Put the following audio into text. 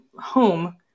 home